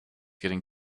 getting